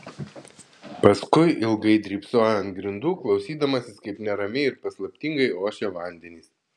paskui ilgai drybsojo ant grindų klausydamasis kaip neramiai ir paslaptingai ošia vandenys